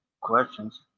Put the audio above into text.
questions